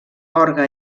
orgue